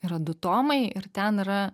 yra du tomai ir ten yra